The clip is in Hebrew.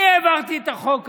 אני העברתי את החוק הזה,